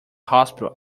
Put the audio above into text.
hospital